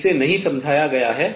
जिसे नहीं समझाया गया है